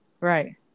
Right